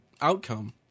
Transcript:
outcome